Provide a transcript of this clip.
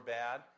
bad